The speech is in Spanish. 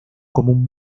común